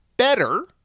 Better